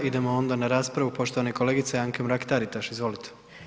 Idemo onda na raspravu poštovane kolegice Anke Mrak-Taritš, izvolite.